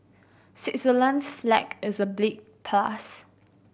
Switzerland's flag is a plus